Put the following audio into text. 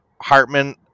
Hartman